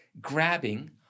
grabbing